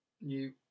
new